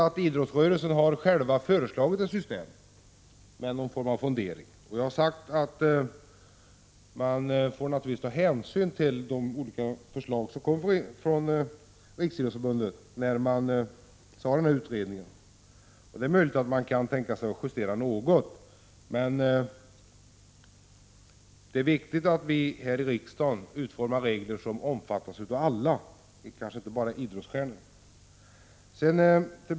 Inom idrottsrörelsen har man föreslagit ett system med någon form av fondering, och utredningen skall naturligtvis ta hänsyn till de olika förslag som kommer in från Riksidrottsförbundet. Det är möjligt att man kan tänka sig att justera något, men det är viktigt att vi i riksdagen utformar regler som gäller alla, inte bara idrottsstjärnor.